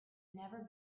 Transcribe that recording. never